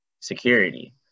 security